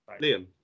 Liam